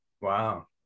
Wow